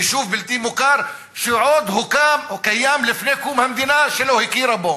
יישוב בלתי מוכר שעוד הוקם או קיים לפני קום המדינה שלא הכירה בו.